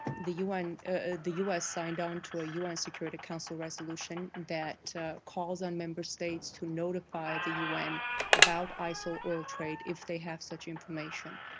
the un the u s. signed on to a un security council resolution that calls on member states to notify the un about isil so oil trade if they have such information.